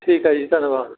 ਠੀਕ ਹੈ ਜੀ ਧੰਨਵਾਦ